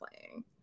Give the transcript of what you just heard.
playing